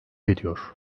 ediyor